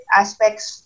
aspects